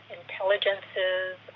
intelligences